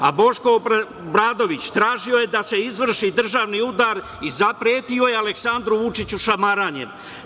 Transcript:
A Boško Obradović tražio je da se izvrši državni udar i zapretio je Aleksandru Vučiću šamaranjem.